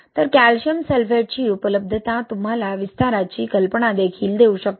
तर कॅल्शियम सल्फेटची ही उपलब्धता तुम्हाला विस्ताराची कल्पना देखील देऊ शकते